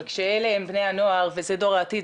אבל כשאלה הם בני הנוער וזה דור העתיד,